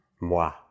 Moi